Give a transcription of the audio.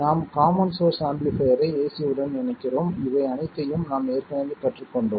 நாம் common source ஆம்பிளிஃபைர்யை AC உடன் இணைக்கிறோம் இவை அனைத்தையும் நாம் ஏற்கனவே கற்றுக்கொண்டோம்